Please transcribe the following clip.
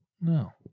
No